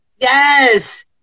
Yes